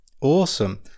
Awesome